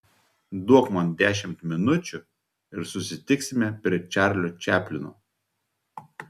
duok man dešimt minučių ir susitiksime prie čarlio čaplino